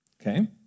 Okay